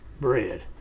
Bread